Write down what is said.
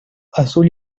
azul